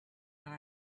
and